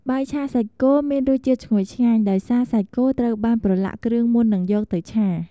បាយឆាសាច់គោមានរសជាតិឈ្ងុយឆ្ងាញ់ ដោយសារសាច់គោត្រូវបានប្រឡាក់គ្រឿងមុននឹងយកទៅឆា។